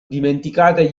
dimenticate